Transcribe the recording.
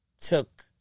took